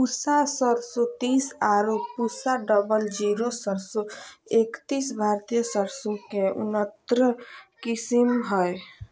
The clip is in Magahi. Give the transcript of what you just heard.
पूसा सरसों तीस आरो पूसा डबल जीरो सरसों एकतीस भारतीय सरसों के उन्नत किस्म हय